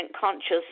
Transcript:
conscious